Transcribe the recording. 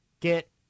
get